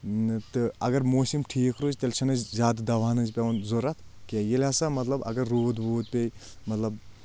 تہٕ اَگر موٗسِم ٹھیٖک روزِ تیٚلہِ چھِنہٕ أسۍ زیادٕ دوہَن ہنٛز پیٚوان ضرورت کینٛہہ ییٚلہِ ہسا مطلب اگر روٗد ووٗد پیٚیہِ مطلب